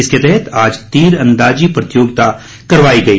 इसके तहत आज तीरंदाजी प्रतियोगिता करवाई गई